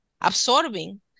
absorbing